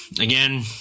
Again